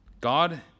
God